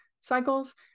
cycles